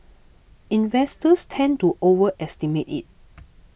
investors tend to overestimate it